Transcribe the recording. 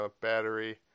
battery